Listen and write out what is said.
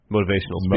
Motivational